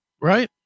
Right